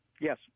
Yes